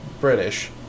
British